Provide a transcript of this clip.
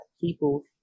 people